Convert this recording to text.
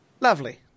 Lovely